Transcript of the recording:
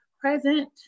present